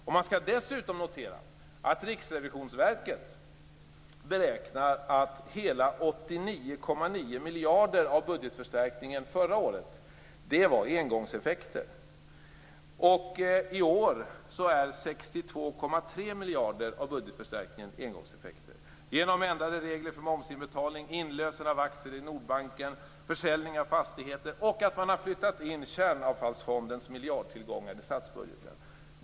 Dessutom skall man notera att Riksrevisionsverket beräknar att hela 89,9 miljarder av budgetförstärkningen förra året bestod av engångseffekter. I år är 62,3 miljarder av budgetförstärkningen engångseffekter, bl.a. genom ändrade regler för momsinbetalning, inlösen av aktier i Nordbanken, försäljning av fastigheter och genom att man har flyttat in Kärnavfallsfondens miljardtillgångar i statsbudgeten.